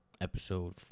episode